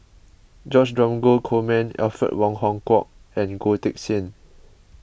George Dromgold Coleman Alfred Wong Hong Kwok and Goh Teck Sian